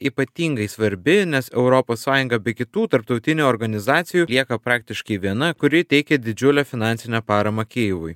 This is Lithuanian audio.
ypatingai svarbi nes europos sąjunga bei kitų tarptautinių organizacijų lieka praktiškai viena kuri teikia didžiulę finansinę paramą kijevui